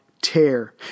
tear